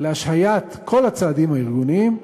להשהיית כל הצעדים הארגוניים,